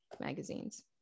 magazines